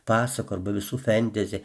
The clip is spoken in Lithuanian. pasakų arba visų fendezi